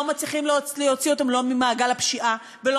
לא מצליחים להוציא אותם ממעגל הפשיעה ולא